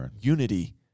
Unity